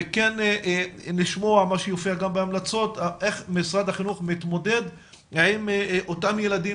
וכן לשמוע איך משרד החינוך מתמודד עם אותם ילדים